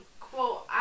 Quote